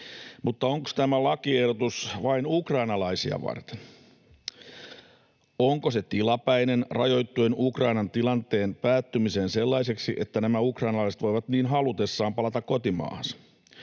Mutta onko tämä lakiehdotus vain ukrainalaisia varten? Onko se tilapäinen rajoittuen Ukrainan tilanteen päättymiseen sellaiseksi, että nämä ukrainalaiset voivat niin halutessaan palata kotimaahansa?